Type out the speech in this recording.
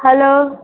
hello